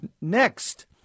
Next